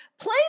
play